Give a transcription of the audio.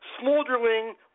Smoldering